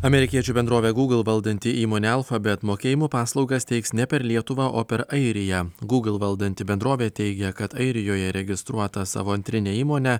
amerikiečių bendrovę google valdanti įmonė alfa bet mokėjimo paslaugas teiks ne per lietuvą o per airiją google valdanti bendrovė teigiakad airijoje registruotą savo antrinę įmonę